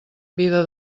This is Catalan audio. vida